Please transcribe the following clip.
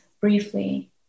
briefly